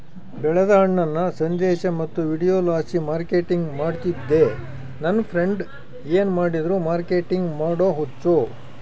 ಬೆಳೆದ ಹಣ್ಣನ್ನ ಸಂದೇಶ ಮತ್ತು ವಿಡಿಯೋಲಾಸಿ ಮಾರ್ಕೆಟಿಂಗ್ ಮಾಡ್ತಿದ್ದೆ ನನ್ ಫ್ರೆಂಡ್ಸ ಏನ್ ಮಾಡಿದ್ರು ಮಾರ್ಕೆಟಿಂಗ್ ಮಾಡೋ ಹುಚ್ಚು